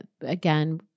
again